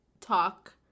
talk